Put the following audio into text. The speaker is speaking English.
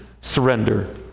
surrender